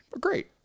Great